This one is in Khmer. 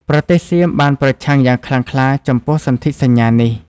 ប្រទេសសៀមបានប្រឆាំងយ៉ាងខ្លាំងក្លាចំពោះសន្ធិសញ្ញានេះ។